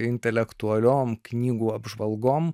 intelektualiom knygų apžvalgom